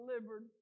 delivered